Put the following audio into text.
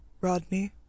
Rodney